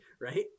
right